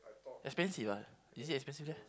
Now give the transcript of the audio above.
expensive ah is it expensive there